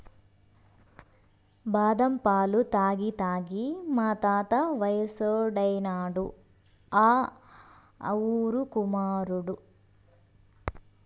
బాదం పాలు తాగి తాగి మా తాత వయసోడైనాడు ఆ ఊరుకుమాడు